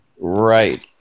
Right